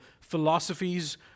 philosophies